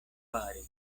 fari